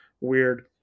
weird